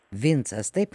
vincas taip